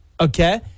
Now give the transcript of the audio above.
Okay